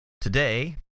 Today